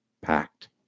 packed